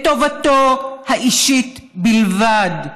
את טובתו האישית בלבד,